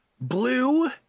Blue